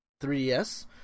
3DS